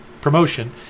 promotion